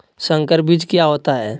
संकर बीज क्या होता है?